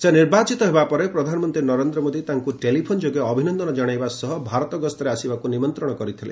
ସେ ନିର୍ବାଚିତ ହେବା ପରେ ପ୍ରଧାନମନ୍ତ୍ରୀ ନରେନ୍ଦ୍ର ମୋଦି ତାଙ୍କୁ ଟେଲିଫୋନ୍ ଯୋଗେ ଅଭିନନ୍ଦନ ଜଣାଇବା ସହ ଭାରତ ଗସ୍ତରେ ଆସିବାକୁ ନିମନ୍ତ୍ରଣ କରିଥିଲେ